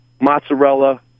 mozzarella